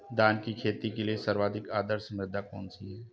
धान की खेती के लिए सर्वाधिक आदर्श मृदा कौन सी है?